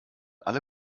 alle